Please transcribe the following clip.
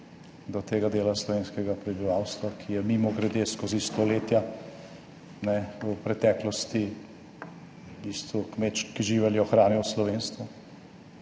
do tega dela slovenskega prebivalstva, ki je, mimogrede, skozi stoletja v preteklosti, v bistvu kmečki živelj je ohranjal slovenstvo